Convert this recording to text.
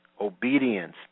Obedience